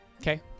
okay